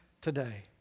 today